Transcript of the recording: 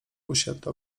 usiadł